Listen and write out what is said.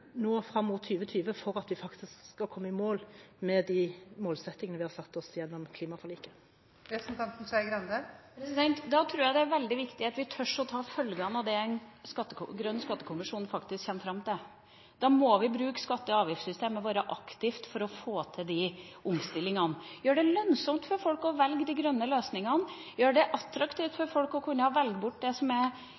nå frem mot 2020 for at vi faktisk skal komme i mål med de målsettingene vi har satt oss gjennom klimaforliket. Jeg tror det er veldig viktig at vi tør å ta følgene av det en grønn skattekommisjon kommer fram til. Da må vi bruke skatte- og avgiftssystemene våre aktivt for å få til de omstillingene, gjøre det lønnsomt for folk å velge de grønne løsningene og gjøre det attraktivt for